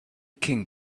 king